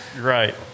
Right